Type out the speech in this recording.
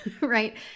right